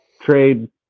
trade